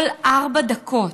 כל ארבע דקות,